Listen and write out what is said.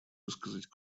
высказать